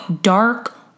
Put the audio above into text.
dark